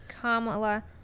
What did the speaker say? Kamala